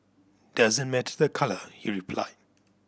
doesn't matter the colour he replied